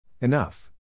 Enough